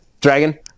Dragon